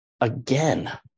again